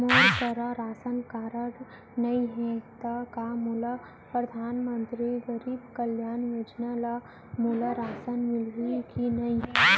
मोर करा ration card नहीं है त का मोल परधानमंतरी गरीब कल्याण योजना ल मोला राशन मिलही कि नहीं?